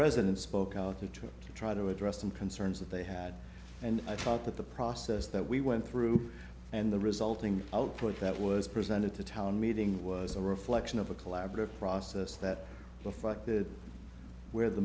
to try to address some concerns that they had and i thought that the process that we went through and the resulting output that was presented to town meeting was a reflection of a collaborative process that reflected where the